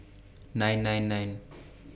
nine nine nine